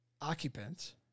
occupants